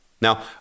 Now